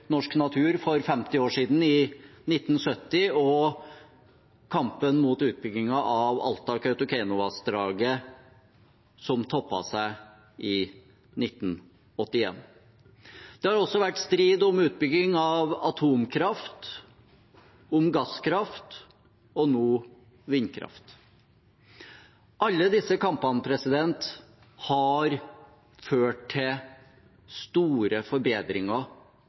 norsk natur for 50 år siden, i 1970, og kampen mot utbyggingen av Alta–Kautokeinovassdraget, som toppet seg i 1981. Det har også vært strid om utbygging av atomkraft, om gasskraft og nå vindkraft. Alle disse kampene har ført til store forbedringer